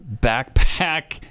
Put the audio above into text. backpack